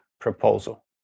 proposal